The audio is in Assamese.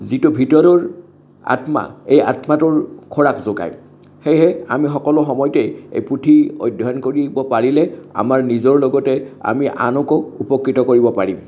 যিটো ভিতৰৰ আত্মা এই আত্মাটোৰ খোৰাক যোগায় সেয়েহে আমি সকলো সময়তে এই পুথি অধ্যয়ন কৰিব পাৰিলে আমাৰ নিজৰ লগতে আমি আনকো উপকৃত কৰিব পাৰিম